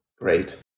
Great